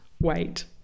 Wait